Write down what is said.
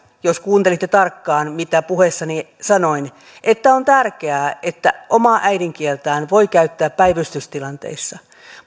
jos kuuntelitte tarkkaan mitä puheessani sanoin että on tärkeää että omaa äidinkieltään voi käyttää päivystystilanteissa